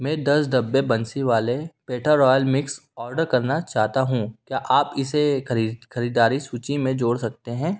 मैं दस डब्बे Bansiwala petha royal mix order करना चाहता हूँ क्या आप इसे खरीदारी सूचि में जोड़ सकते हैं